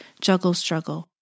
juggle-struggle